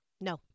No